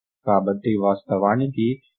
కాబట్టి వాస్తవానికి దీనికి రెండు పోలికలు అవసరం